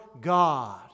God